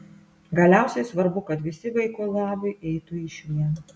galiausiai svarbu kad visi vaiko labui eitų išvien